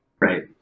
Right